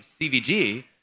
CVG